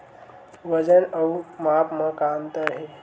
वजन अउ माप म का अंतर हे?